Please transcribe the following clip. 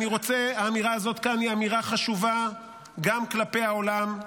והאמירה הזאת כאן היא אמירה חשובה גם כלפי העולם.